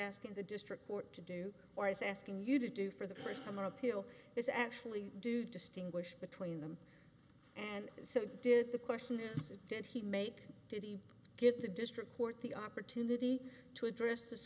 asking the district court to do or is asking you to do for the first time an appeal is actually do distinguish between them and so did the question is did he make did he get the district court the opportunity to address this